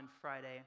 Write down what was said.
Friday